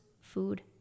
food